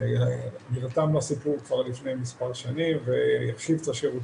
אני זוכר שמהמרים היו בדרך כלל אנשים יחסית מבוגרים יותר,